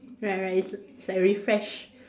right right it's it's like refresh